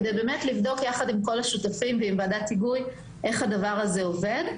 כדי לבדוק באמת יחד עם כל השותפים ועם ועדה ציבורית איך הדבר הזה עובד.